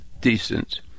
decent